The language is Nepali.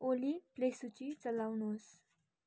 ओली प्ले सूचि चलाउनुहोस्